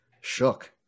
shook